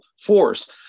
force